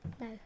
No